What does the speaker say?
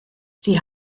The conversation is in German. sie